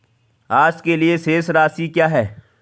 आज के लिए शेष राशि क्या है?